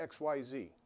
XYZ